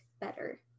better